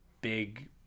big